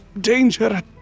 Danger